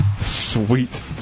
Sweet